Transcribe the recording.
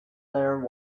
their